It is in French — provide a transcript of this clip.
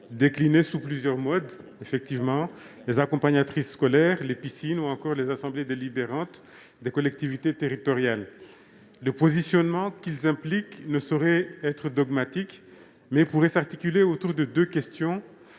déclinés sur plusieurs modes : les accompagnatrices scolaires, les piscines ou encore les assemblées délibérantes des collectivités territoriales. Le positionnement qu'ils impliquent ne saurait être dogmatique, mais pourrait s'articuler autour de deux questions